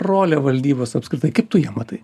rolę valdybos apskritai kaip tu ją matai